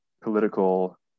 political